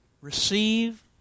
Receive